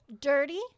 Dirty